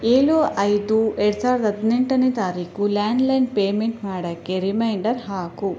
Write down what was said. ಏಳು ಐದು ಎರಡು ಸಾವಿರದ ಹದಿನೆಂಟನೇ ತಾರೀಕು ಲ್ಯಾಂಡ್ ಲೈನ್ ಪೇಮೆಂಟ್ ಮಾಡೋಕ್ಕೆ ರಿಮೈಂಡರ್ ಹಾಕು